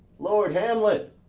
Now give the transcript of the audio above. lord hamlet!